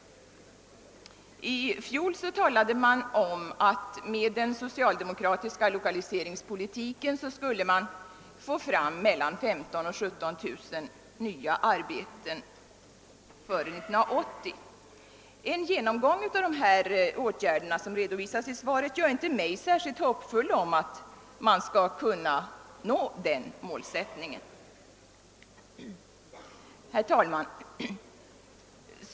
I fjol sades det att den socialdemokratiska lokaliseringspolitiken skulle leda till mellan 15 000 och 17 000 nya arbeten före 1980. En genomgång av de åtgärder som redovisas i svaret inger inte mig något särskilt stort hopp om att man skall kunna nå det målet. Herr talman!